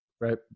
right